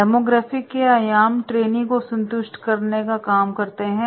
demographic के आयाम trainee को संतुष्टि देने का काम करते हैं